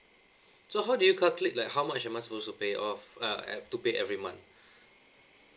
so how do you calculate like how much am I supposed to pay off uh ac~ to pay every month